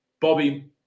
Bobby